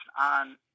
on